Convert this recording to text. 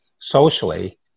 socially